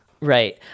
Right